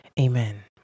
Amen